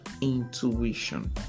intuition